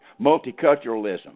multiculturalism